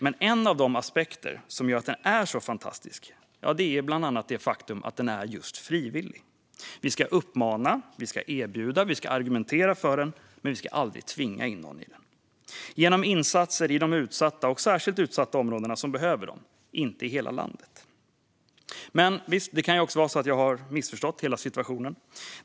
Men en av de aspekter som gör att den är så fantastisk är att den är just frivillig. Vi ska uppmana, erbjuda och argumentera för den, men vi ska aldrig tvinga in någon i den. Vi ska genomföra insatser i de utsatta och särskilt utsatta områden som behöver dem och inte i hela landet. Det kan förstås vara så att jag har missförstått hela situationen.